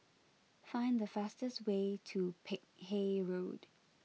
find the fastest way to Peck Hay Road